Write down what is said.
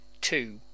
two